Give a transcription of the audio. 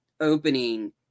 opening